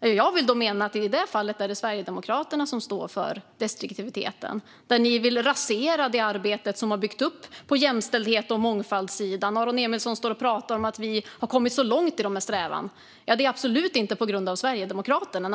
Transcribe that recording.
Jag vill då mena att det är Sverigedemokraterna som står för destruktiviteten. Ni vill rasera det arbete som har byggts upp på jämställdhets och mångfaldssidan. Aron Emilsson säger att vi har kommit långt i dessa strävanden. Det är absolut inte på grund av Sverigedemokraterna.